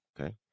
Okay